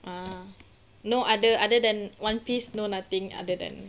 ah no other other than one piece no nothing other than